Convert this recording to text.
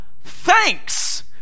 thanks